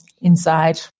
inside